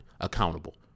accountable